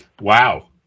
Wow